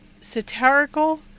satirical